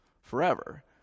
forever